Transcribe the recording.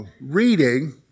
reading